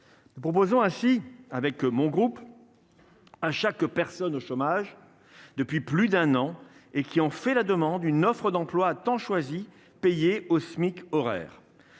nous proposons ainsi avec mon groupe à chaque personne au chômage depuis plus d'un an et qui en fait la demande, une offre d'emploi à temps choisis, payés au SMIC horaire,